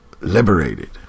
Liberated